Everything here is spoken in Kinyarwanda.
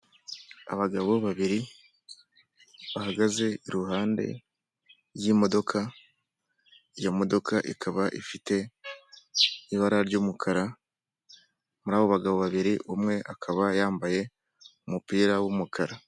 Abagabo babiri bahagaze iruhande rw'imodoka iyo modoka ikaba ifite ibara ry'umukara, muri abo bagabo babiri umwe akaba yambaye umupira w'umukara.